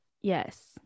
Yes